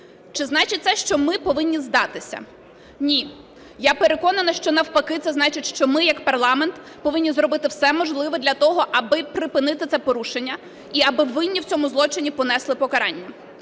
Чи значить це, що ми повинні здатися? Ні. Я переконана, що, навпаки, це значить, що ми як парламент повинні зробити все можливе для того, аби припинити це порушення і аби винні в цьому злочині понесли покарання.